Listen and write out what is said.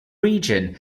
region